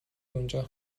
اونجا